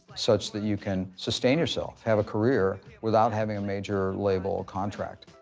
such that you can sustain yourself, have a career without having a major label or contract.